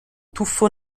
tuffo